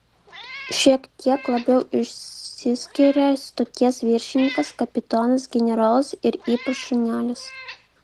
šiek tiek labiau išsiskiria stoties viršininkas kapitonas generolas ir ypač šunelis